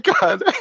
God